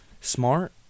smart